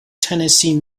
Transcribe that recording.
tennessee